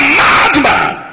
madman